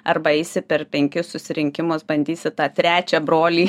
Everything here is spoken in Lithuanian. arba eisi per penkis susirinkimus bandysi tą trečią brolį